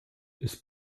ist